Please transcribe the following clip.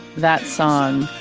that son,